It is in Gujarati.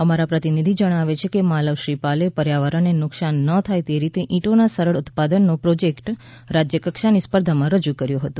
અમારા પ્રતિનિધિ જણાવે છે કે માલવ શ્રીપાલે પર્યાવરણને નુકસાન ન થાય તે રીતે ઇંટોના સરળ ઉત્પાદનનો પ્રોજેક્ટ રાજ્યકક્ષાની સ્પર્ધામાં રજૂ કર્યો હતો